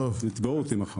יתבעו אותי מחר.